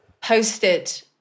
posted